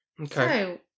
Okay